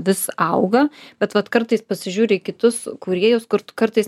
vis auga bet vat kartais pasižiūri į kitus kūrėjus kur tu kartais